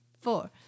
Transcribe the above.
four